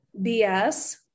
BS